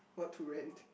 what to rent